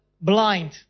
blind